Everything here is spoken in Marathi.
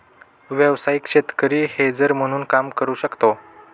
व्यावसायिक शेतकरी हेजर म्हणून काम करू शकतो